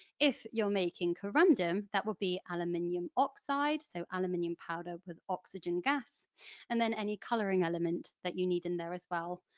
if you're making corundum that would be aluminium oxide so aluminium powder with oxygen gas and then any colouring element that you need in there as well,